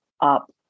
up